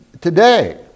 today